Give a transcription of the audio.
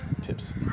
tips